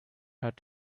had